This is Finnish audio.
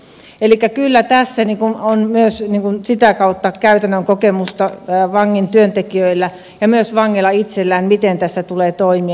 elikkä kyllä tässä on myös sitä kautta käytännön kokemusta työntekijöillä ja myös vangeilla itsellään miten tässä tulee toimia